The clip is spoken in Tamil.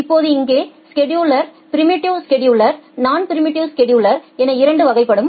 இப்போது இங்கே scheduler preemptive scheduler non preemptive scheduler என இரண்டு வகைப்படும்